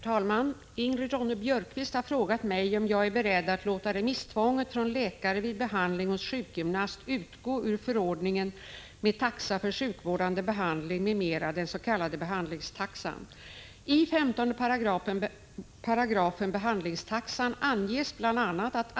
Finansministern riktade den 15 maj i bl.a. TV:s Rapport svepande anklagelser mot centerpartiet och dess påstådda ekonomiska flykt från verkligheten. Vill finansministern klarlägga vilka konkreta punkter finansministern avsåg i sin kritik?